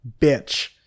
bitch